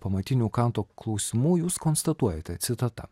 pamatinių kanto klausimų jūs konstatuojate citata